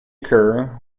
occur